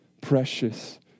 precious